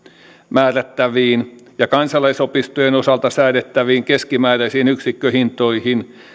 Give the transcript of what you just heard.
määrättäviin ja kansalaisopistojen osalta säädettäviin keskimääräisiin yksikköhintoihin